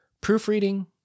proofreading